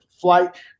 flight